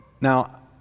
Now